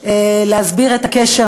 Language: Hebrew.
להסביר את הקשר.